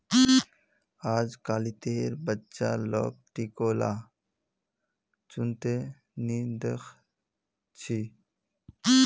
अजकालितेर बच्चा लाक टिकोला चुन त नी दख छि